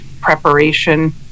preparation